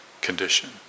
condition